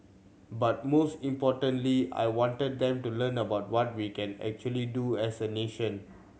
but most importantly I wanted them to learn about what we can actually do as a nation